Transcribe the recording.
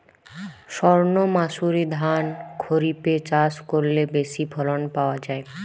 সর্ণমাসুরি ধান খরিপে চাষ করলে বেশি ফলন পাওয়া যায়?